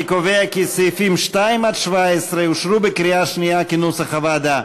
אני קובע כי סעיפים 2 17 אושרו בקריאה שנייה כנוסח הוועדה.